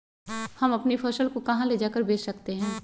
हम अपनी फसल को कहां ले जाकर बेच सकते हैं?